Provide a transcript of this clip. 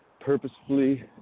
purposefully